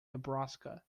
nebraska